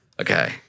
Okay